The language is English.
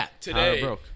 today